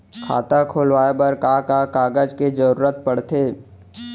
खाता खोलवाये बर का का कागज के जरूरत पड़थे?